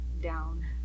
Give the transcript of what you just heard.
down